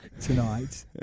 tonight